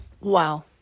Wow